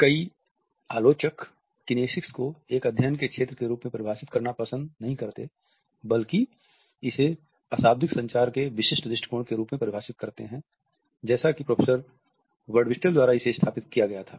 कई आलोचक किनेसिक्स को एक अध्ययन के क्षेत्र के रूप में परिभाषित करना पसंद नहीं करते बल्कि इसे अशाब्दिक संचार के विशिष्ट दृष्टिकोण के रूप परिभाषित करते है जैसा कि प्रोफेसर बर्डविस्टेल द्वारा इसे स्थापित किया गया था